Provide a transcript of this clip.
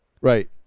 Right